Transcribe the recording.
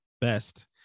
best